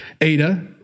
Ada